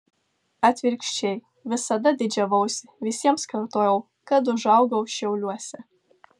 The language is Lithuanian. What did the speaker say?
atvirkščiai visada didžiavausi visiems kartojau kad užaugau šiauliuose